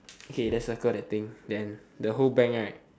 okay then circle that thing then the whole bank right